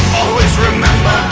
always remember